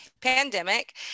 pandemic